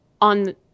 on